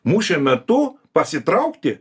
mūšio metu pasitraukti